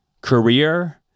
career